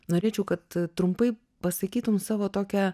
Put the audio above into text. norėčiau kad trumpai pasakytum savo tokią